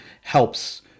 helps